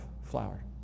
flour